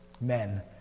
men